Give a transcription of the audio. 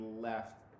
left